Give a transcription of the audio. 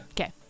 Okay